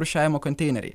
rūšiavimo konteineriai